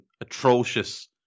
atrocious